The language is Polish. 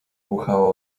buchało